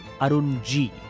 Arunji